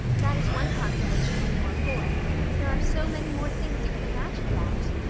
that is one consolation when you are poor there are so many more things you can imagine about.